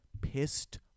pissed